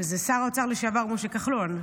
וזה שר האוצר לשעבר משה כחלון,